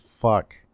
fuck